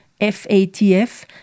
FATF